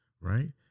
Right